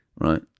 Right